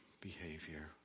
behavior